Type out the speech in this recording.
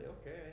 Okay